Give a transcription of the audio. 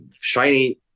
shiny